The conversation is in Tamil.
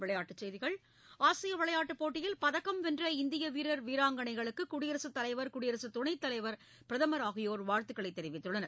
விளைபாட்டுச்செய்திகள் ஆசிய விளையாட்டுப் போட்டியில் பதக்கம் வென்ற இந்திய வீரர் வீராங்கனைகளுக்கு குடியரசு தலைவர் குடியரசு துணைத் தலைவர் பிரதமர் ஆகியோர் வாழ்த்து தெரிவித்துள்ளனர்